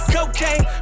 Cocaine